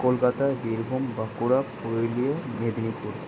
Kolkata Birbhum Bankura Purulia Medinipur